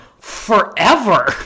forever